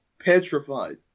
Petrified